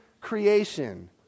creation